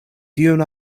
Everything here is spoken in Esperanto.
tiun